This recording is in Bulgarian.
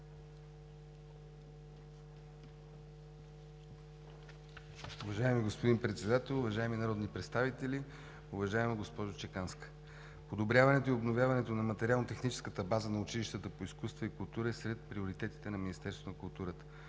Уважаеми господин Председател, уважаеми народни представители, уважаема госпожо Чеканска! Подобряването и обновяването на материално техническата база на училищата по изкуства и култура е сред приоритетите на Министерството на културата.